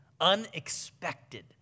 Unexpected